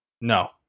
No